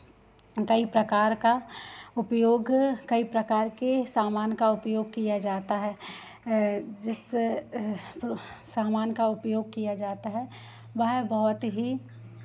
कई प्रकार का उपयोग कई प्रकार के सामान का उपयोग किया जाता है जिससे सामान का उपयोग किया जाता है वह बहुत ही